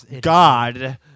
God